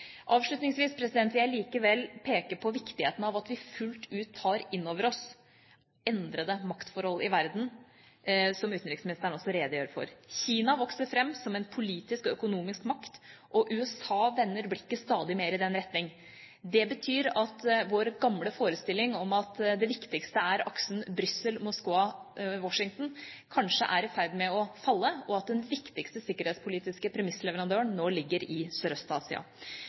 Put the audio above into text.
Avslutningsvis vil jeg likevel peke på viktigheten av at vi fullt ut tar inn over oss endrede maktforhold i verden, som utenriksministeren også redegjør for. Kina vokser fram som en politisk og økonomisk makt, og USA vender blikket stadig mer i den retning. Det betyr at vår gamle forestilling om at det viktigste er aksen Brussel–Moskva–Washington, kanskje er i ferd med å falle, og at den viktigste sikkerhetspolitiske premissleverandøren nå ligger i